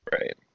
Right